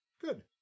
Good